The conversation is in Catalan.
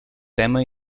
tema